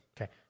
Okay